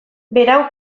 berau